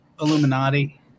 Illuminati